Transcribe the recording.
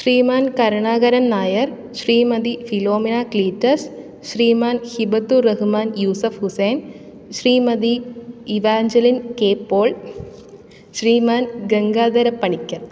Shriman Karunakaran Nair Shrimati Philomina Cleetus Shriman Hibathu Rahman Yusuf Hussain Shrimati Evangeline K Paul Shriman Gangadhara Panicker